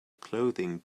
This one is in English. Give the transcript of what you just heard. clothing